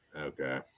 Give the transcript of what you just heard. okay